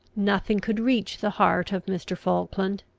nothing could reach the heart of mr. falkland.